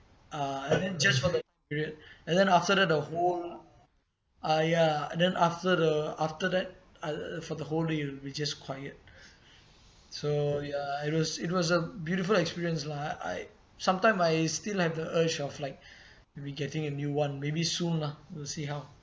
uh and then just for the period and then after that the whole ah ya and then after the after that uh for the whole day it will be just quiet so ya it was it was a beautiful experience lah I I sometime I still have the urge of like maybe getting a new [one] maybe soon lah we'll see how